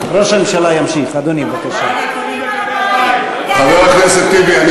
השר אורי אריאל.